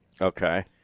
Okay